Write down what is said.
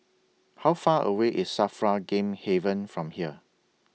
How Far away IS SAFRA Game Haven from here